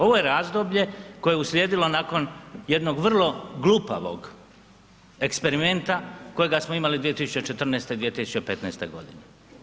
Ovo je razdoblje koje je uslijedilo nakon jednog vrlo glupavog eksperimenta kojega smo imali 2014., 2015. godine.